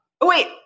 Wait